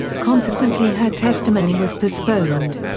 consequently her testimony was postponed.